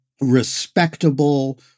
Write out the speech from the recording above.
respectable